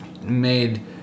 made